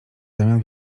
zamian